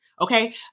Okay